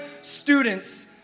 students